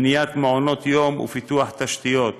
בניית מעונות יום ופיתוח תשתיות.